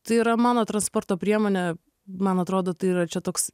tai yra mano transporto priemonė man atrodo tai yra čia toks